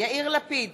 יאיר לפיד,